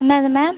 என்னது மேம்